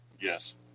Yes